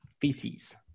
feces